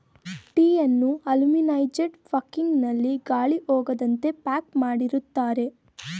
ಟೀಯನ್ನು aluminised packing ನಲ್ಲಿ ಗಾಳಿ ಹೋಗದಂತೆ ಪ್ಯಾಕ್ ಮಾಡಿರುತ್ತಾರೆ